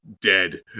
dead